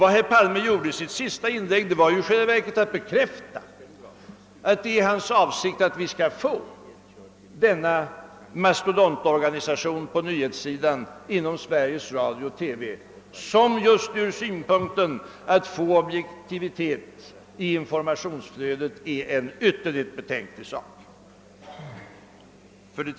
Vad herr Palme gjorde i sitt senaste inlägg var i själva verket att bekräfta att det är hans avsikt att vi skall få denna mastodontorganisation på nyhetssidan inom Sveriges Radio och TV, som just ur synpunkten att få objektivitet i informationsflödet är en ytterligt betänklig sak.